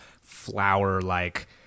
flower-like